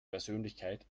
persönlichkeit